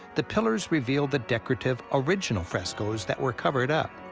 the pillars reveal the decorative original frescoes that were covered up.